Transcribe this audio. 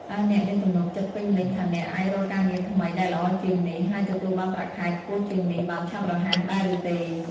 តើអ្នកមានទំនុកចិត្តពេញលេញថាអ្នកអាចរកការងារថ្មីដែលល្អជាងនេះ ហើយទទួលបានប្រាក់ខែខ្ពស់ជាងនេះ បានឆាប់រហ័ស ដែរឬទេ?